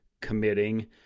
committing